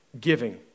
giving